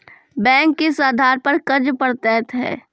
Bank किस आधार पर कर्ज पड़तैत हैं?